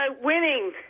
winning